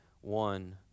one